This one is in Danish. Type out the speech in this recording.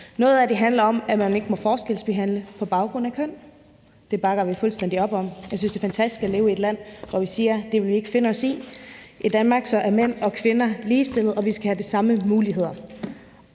Noget af det handler om, at man ikke må forskelsbehandle på baggrund af køn. Det bakker vi fuldstændig op om. Jeg synes, det er fantastisk at leve i et land, hvor vi siger, at det vil vi ikke finde os i; i Danmark er mænd og kvinder ligestillede, og vi skal have de samme muligheder.